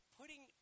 putting